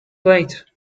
plate